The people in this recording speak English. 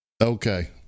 Okay